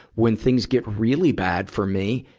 when things get really bad for me,